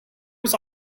was